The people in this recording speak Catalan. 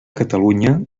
catalunya